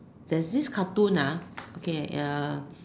there's this cartoon lah okay